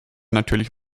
natürlich